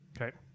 Okay